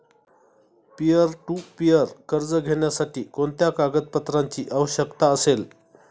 Peer to peer कर्ज घेण्यासाठी कोणत्या कागदपत्रांची आवश्यकता असेल?